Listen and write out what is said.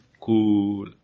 cool